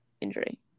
injury